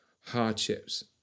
hardships